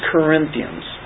Corinthians